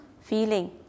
feeling